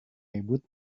ribut